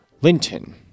Linton